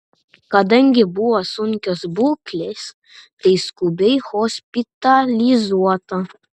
kadangi buvo sunkios būklės tai skubiai hospitalizuota